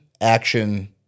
action